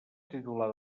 titular